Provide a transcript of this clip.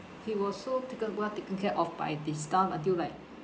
he was so taken well taken care of by this staff until like